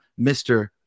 Mr